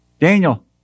Daniel